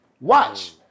watch